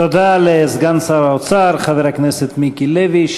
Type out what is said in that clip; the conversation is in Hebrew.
תודה לסגן שר האוצר חבר הכנסת מיקי לוי,